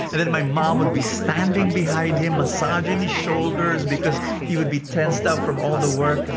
and then my mom would be standing behind him, massaging his shoulders because he would be tensed up from all the work.